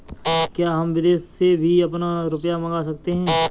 क्या हम विदेश से भी अपना रुपया मंगा सकते हैं?